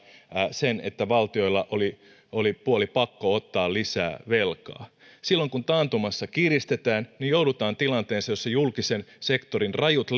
sen että valtioilla oli oli puolipakko ottaa lisää velkaa silloin kun taantumassa kiristetään joudutaan tilanteeseen jossa julkisen sektorin rajut